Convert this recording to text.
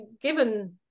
given